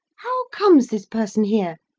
how comes this person here?